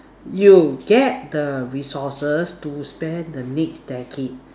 you get the resources to spend the next decade